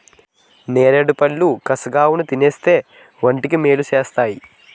నేరేడుపళ్ళు కసగావున్నా తినేస్తే వంటికి మేలు సేస్తేయ్